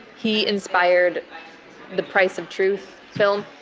he inspired the price of truth film,